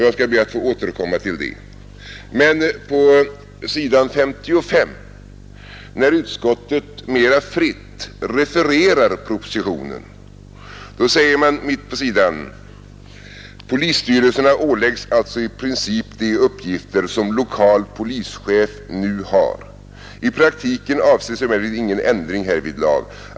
Jag skall be att få återkomma till det. Men på s. SS, när utskottet mera fritt refererar propositionen, sägs det, mitt på sidan: ”Polisstyrelserna ålägges alltså i princip de uppgifter som lokal polischef nu har. I praktiken avses emellertid ingen ändring härvidlag.